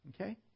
Okay